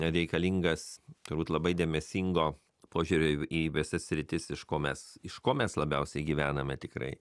reikalingas turbūt labai dėmesingo požiūrio į į visas sritis iš ko mes iš ko mes labiausiai gyvename tikrai